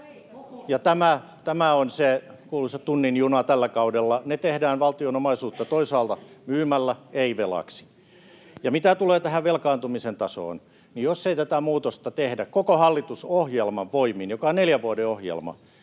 ja tämä on se kuuluisa tunnin juna tällä kaudella. Ne tehdään myymällä valtion omaisuutta toisaalla, ei velaksi. Ja mitä tulee tähän velkaantumisen tasoon, niin jos tätä muutosta ei tehtäisi koko hallitusohjelman voimin, joka on neljän vuoden ohjelma,